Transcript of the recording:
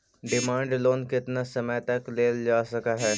demand loan केतना समय तक लेल जा सकऽ हई